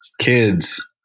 Kids